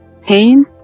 pain